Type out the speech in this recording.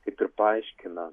kaip ir paaiškina